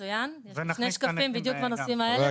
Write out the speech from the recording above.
מצוין, יש לי שני שקפים בדיוק בנושאים האלה.